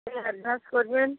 কি অ্যাডভান্স করবেন